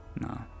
No